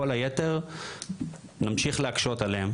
כל היתר נמשיך להקשות עליהם